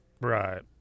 Right